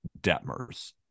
Detmers